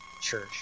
church